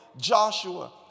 Joshua